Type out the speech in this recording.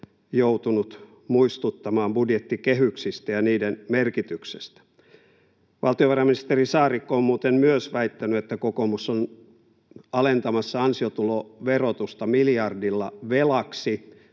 joutunut muistuttamaan budjettikehyksistä ja niiden merkityksestä. Valtiovarainministeri Saarikko on muuten väittänyt, että kokoomus on alentamassa ansiotuloverotusta miljardilla velaksi.